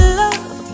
love